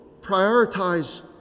prioritize